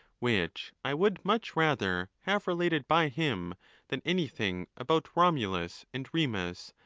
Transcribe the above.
which i would much rather have related by him than anything about romulus and remus,